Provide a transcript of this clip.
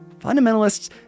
Fundamentalists